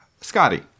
Scotty